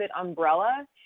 umbrella